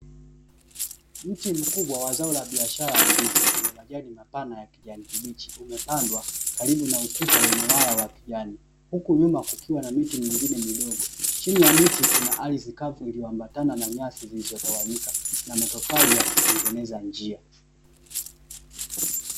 Mti mkubwa wa zao la biashara ya ndizi lenye majani mapana lilopandwa pembezoni mwa ukuta wenye waya wakijani huku miti mingine ikiwa imepandwa pembezoni kuna ardhi kavu na matofali yakutengeneza njia